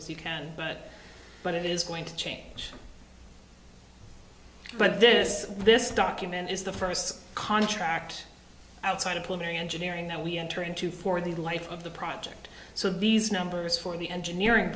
as you can but but it is going to change but this this document is the first contract outside of pulmonary engineering that we enter into for the life of the project so these numbers for the engineering